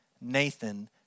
Nathan